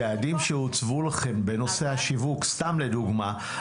היעדים שהוצבו לכם בנושא השיווק סתם לדוגמה,